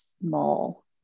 small